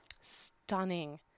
Stunning